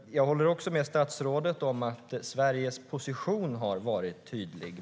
Jag håller också med statsrådet om att Sveriges position har varit tydlig.